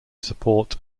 support